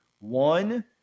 one